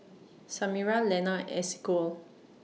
Samira Lenna and Esequiel